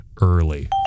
early